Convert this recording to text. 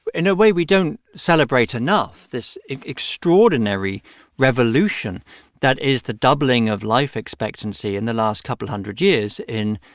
in a way, we don't celebrate enough this extraordinary revolution that is the doubling of life expectancy in the last couple of hundred years in